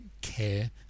care